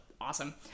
awesome